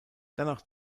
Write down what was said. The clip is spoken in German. danach